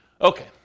Okay